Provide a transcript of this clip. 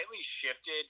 shifted